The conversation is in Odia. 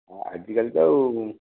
ଆଜିକାଲି ତ ଆଉ